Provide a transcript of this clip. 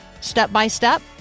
step-by-step